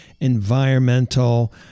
environmental